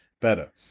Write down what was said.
better